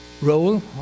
role